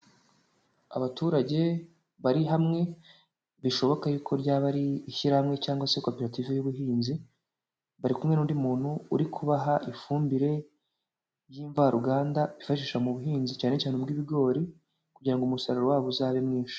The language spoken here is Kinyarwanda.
Abaturage bari hamwe bishoboka yuko ryaba ari ishyirahamwe cyangwa se koperative y'ubuhinzi, bari kumwe n'undi muntu uri kubaha ifumbire y'imvaruganda bifashisha mu buhinzi cyane cyane ubw'ibigori kugira ngo umusaruro wabo uzabe mwinshi.